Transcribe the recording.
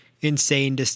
insane